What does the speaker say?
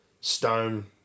Stone